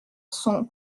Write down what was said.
sont